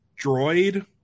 droid